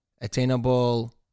attainable